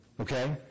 Okay